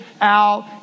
out